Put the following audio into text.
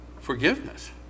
forgiveness